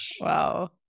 Wow